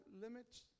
limits